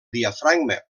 diafragma